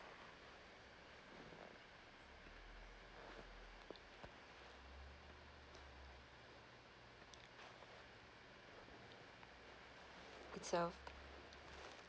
itself